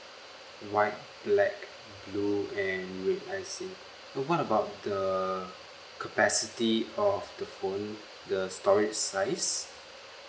white black blue and red I see what about the capacity of the phone the storage size